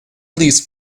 least